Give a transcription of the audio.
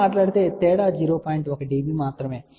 1 dB మాత్రమే ఉన్నది